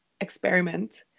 experiment